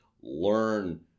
learn